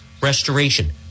Restoration